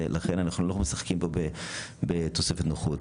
לכן, אנחנו לא משחקים פה בתופסת נוחות.